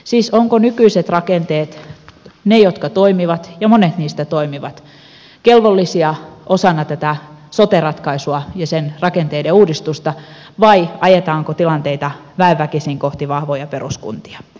siis ovatko nykyiset rakenteet ne jotka toimivat ja monet niistä toimivat kelvollisia osana tätä sote ratkaisua ja sen rakenteiden uudistusta vai ajetaanko tilanteita väen väkisin kohti vahvoja peruskuntia